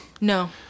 No